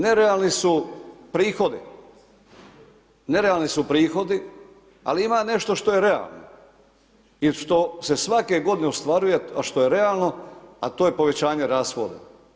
Nerealni su prihodi nerealni su prihodi, ali ima nešto što je realno, i štose svake g. ostvaruje a što je realno, a to je povećanje rashoda.